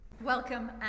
Welcome